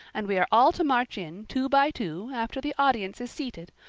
and we are all to march in two by two after the audience is seated,